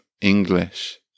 English